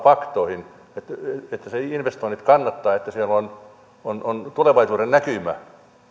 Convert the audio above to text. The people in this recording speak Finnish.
faktoihin että ne investoinnit kannattavat että siellä on tulevaisuudennäkymä